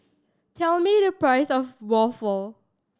tell me the price of waffle